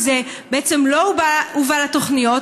כי זה בעצם לא הובא לתוכניות,